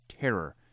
terror